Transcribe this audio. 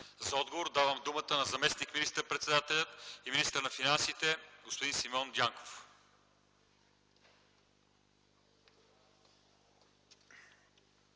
За отговор давам думата на заместник министър-председателя и министър на финансите господин Симеон Дянков.